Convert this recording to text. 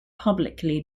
publicly